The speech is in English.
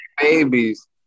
babies